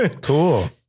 Cool